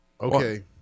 Okay